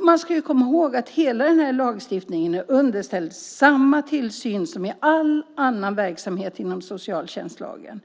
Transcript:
Man ska komma ihåg att hela den här lagstiftningen är underställd samma tillsyn som all annan verksamhet som faller under socialtjänstlagen.